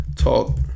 Talk